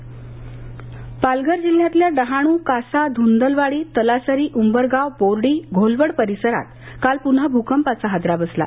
भुकंप पालघर पालघर जिल्ह्यातल्या डहाणू कासा धूंदलवाडी तलासरी उंबरगाव बोर्डी घोलवड परिसरात काल पुन्हा भूकंपाचा हादरा बसला